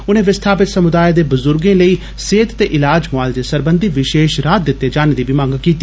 उने विस्थापित समुदाय दे बजुर्गे लेई सेहत ते इलाज मुआलजे सरबंधी विषेश राहत दिते जाने दी बी मंग कीती